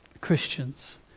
Christians